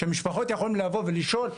שמשפחות יוכלו לבוא ולשאול,